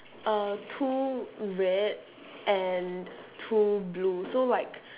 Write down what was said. err two red and two blue so like